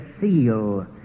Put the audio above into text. seal